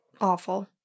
awful